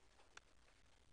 כפי שציינתי,